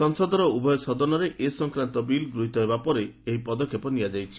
ସଂସଦର ଉଭୟ ସଦନରେ ଏ ସଂକ୍ରାନ୍ତ ବିଲ୍ ଗୃହୀତ ହେବା ପରେ ଏହି ପଦକ୍ଷେପ ନିଆଯାଇଛି